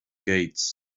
gates